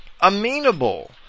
amenable